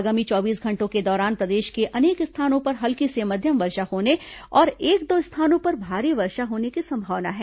आगामी चौबीस घंटों के दौरान प्रदेश के अनेक स्थानों पर हल्की से मध्यम वर्षा होने तथा एक दो स्थानों पर भारी वर्षा की संभावना है